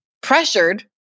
pressured